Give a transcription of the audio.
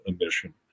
emission